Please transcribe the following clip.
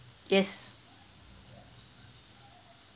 yes